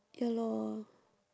ya lor